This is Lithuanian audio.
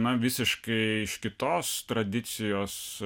na visiškai iš kitos tradicijos